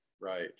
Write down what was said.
Right